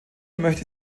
möchte